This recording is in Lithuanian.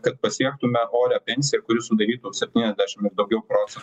kad pasiektume orią pensiją kuri sudarytų septyniasdešimt ir daugiau procentų